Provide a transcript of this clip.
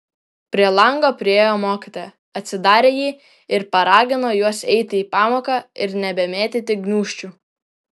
prie lango priėjo mokytoja atsidarė jį ir paragino juos eiti į pamoką ir nebemėtyti gniūžčių